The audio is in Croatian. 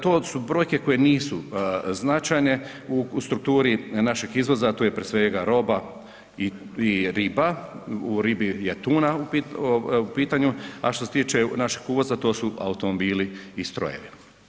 To su brojke koje nisu značajne u strukturi našeg izvoza, a to je prije svega roba i riba, u ribi je tuna u pitanju, a što se tiče našeg uvoza to su automobili i strojevi.